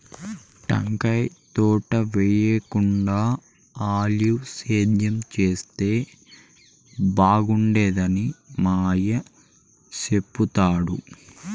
టెంకాయ తోటేయేకుండా ఆలివ్ సేద్యం చేస్తే బాగుండేదని మా అయ్య చెప్తుండాడు